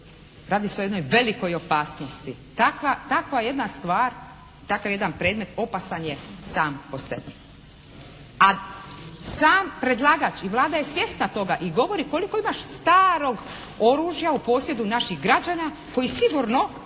Radi se o jednoj velikoj opasnosti. Takva, takva jedna stvar, takav jedan predmet opasan je sam po sebi. A sam predlagač i Vlada je svjesna toga i govori koliko ima još starog oružja u posjedu naših građana koji sigurno